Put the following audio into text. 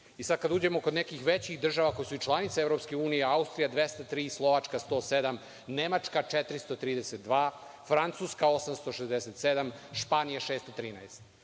i kada uđemo kod nekih većih država, koje su i članice EU – Austrija 203, Slovačka 107, Nemačka 432, Francuska 867, Španija 613,